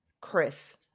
Chris